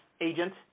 agent